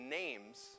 names